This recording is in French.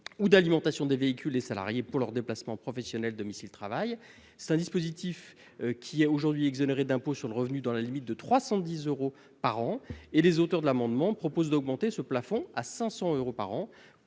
ou d'alimentation des véhicules des salariés pour leurs déplacements domicile-travail. Ce dispositif est exonéré d'impôt sur le revenu dans la limite de 310 euros par an. Les auteurs de l'amendement proposent d'augmenter ce plafond à 500 euros par an,